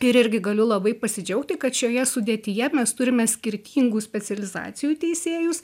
ir irgi galiu labai pasidžiaugti kad šioje sudėtyje mes turime skirtingų specializacijų teisėjus